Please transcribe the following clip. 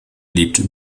lebt